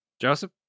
Joseph